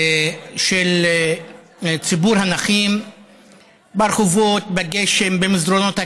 של ציבור הנכים ברחובות, בגשם, במסדרונות הכנסת,